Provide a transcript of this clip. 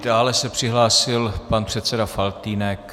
Dále se přihlásil pan předseda Faltýnek.